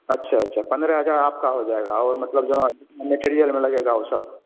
अच्छा अच्छा पंद्रह हजार आपका हो जाएगा और मतलब जो मटेरियल में लगेगा वो सब